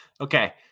Okay